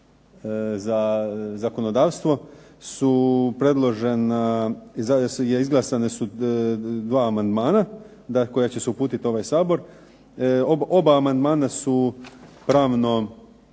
za zakonodavstvo su izglasana dva amandmana koja će se uputiti u ovaj Sabor. Oba amandmana su pravne